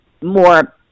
more